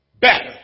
better